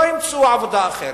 לא ימצאו עבודה אחרת.